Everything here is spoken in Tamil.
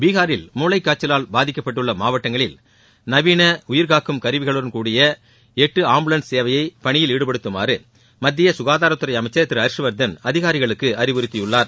பீகாரில் மூளை காய்ச்சலால் பாதிக்கப்பட்டுள்ள மாவட்டங்களில் நவீன உயர் காக்கும் கருவிகளுடன்கூடிய எட்டு ஆம்புலன்ஸ் சேவையை பணியில் ஈடுபடுத்துமாறு மத்திய ககாதாரத்துறை அமைச்சர் திரு ஹர்ஷ் வர்தன் அதிகாரிகளுக்கு அறிவுறுத்தியுள்ளார்